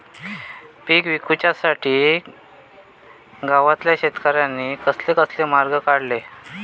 पीक विकुच्यासाठी गावातल्या शेतकऱ्यांनी कसले कसले मार्ग काढले?